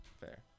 Fair